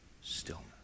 stillness